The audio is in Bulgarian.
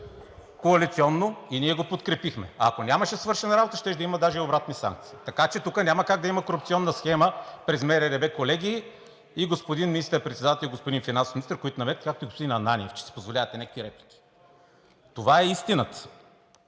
коалиционно ние го подкрепихме. Ако нямаше свършена работа, щеше да има даже и обратни санкции. Така че тук няма как да има корупционна схема през МРРБ, колеги, и господин министър-председателят, и господин финансовият министър, които намекват, както и господин Ананиев, че си позволявате някакви реплики. Това е истината.